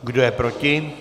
Kdo je proti?